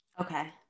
Okay